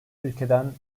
ülkeden